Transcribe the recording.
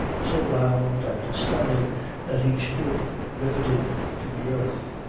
so loud and stunning that he stood riveted to the earth.